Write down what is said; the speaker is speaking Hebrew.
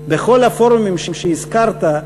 בכל הפורומים שהזכרת,